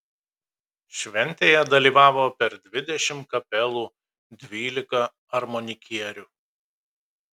šventėje dalyvavo per dvidešimt kapelų dvylika armonikierių